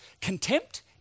Contempt